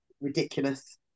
ridiculous